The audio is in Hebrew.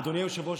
אדוני היושב-ראש,